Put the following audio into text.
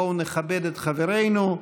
בואו נכבד את חברינו.